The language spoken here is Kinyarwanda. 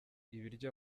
ibiryo